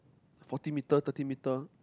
forty meter thirty meter